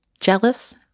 jealous